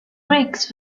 bricks